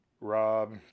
Rob